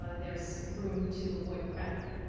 ah there's room to avoid cracking.